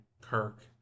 Kirk